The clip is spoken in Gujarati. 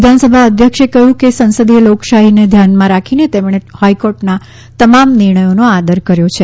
વિધાનસભા અધ્યક્ષે કહ્યું કે સંસદીય લોકશાહીને ધ્યાનમાં રાખીને તેમણે હાઇકોર્ટના તમામ નિર્ણયોનો આદર કર્યો છે